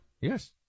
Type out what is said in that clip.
Yes